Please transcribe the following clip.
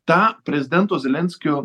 tą prezidento zelenskio